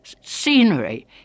scenery